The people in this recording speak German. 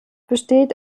besteht